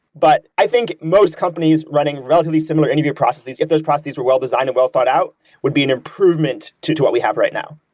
but i think most companies running relatively similar interview processes, if those processes were well-designed and well-thought out would be an improvement to to what we have right now.